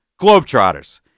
Globetrotters